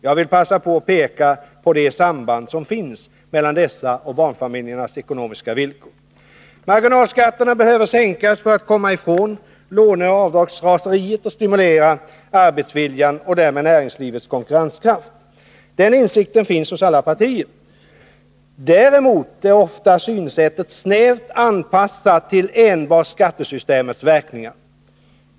Jag vill passa på att peka på de samband som finns mellan denna fråga och barnfamiljernas ekonomiska villkor. Marginalskatterna behöver sänkas för att vi skall komma ifrån låneoch avdragsraseriet och stimulera arbetsviljan och därmed näringslivets konkurrenskraft. Den insikten finns hos alla partier. Däremot är oftast synsättet snävt anpassat till enbart skattesystemets verkningar.